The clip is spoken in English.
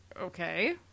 Okay